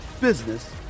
business